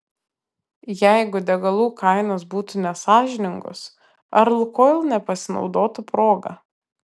jeigu degalų kainos būtų nesąžiningos ar lukoil nepasinaudotų proga